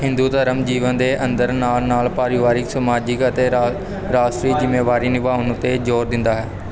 ਹਿੰਦੂ ਧਰਮ ਜੀਵਨ ਦੇ ਅੰਦਰ ਨਾਲ ਨਾਲ ਪਰਿਵਾਰਕ ਸਮਾਜਿਕ ਅਤੇ ਰਾ ਰਾਸ਼ਟਰੀ ਜ਼ਿੰਮੇਵਾਰੀ ਨਿਭਾਉਣ 'ਤੇ ਜ਼ੋਰ ਦਿੰਦਾ ਹੈ